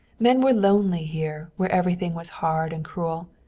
men were lonely here, where everything was hard and cruel.